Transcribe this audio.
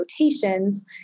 rotations